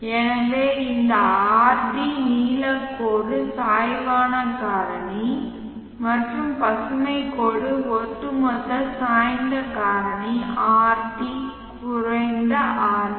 எனவே இந்த Rd நீலக்கோடு சாய்வான காரணி மற்றும் பசுமைக் கோடு ஒட்டுமொத்த சாய்ந்த காரணி Rt குறைந்தRt